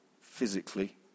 physically